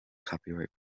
copyright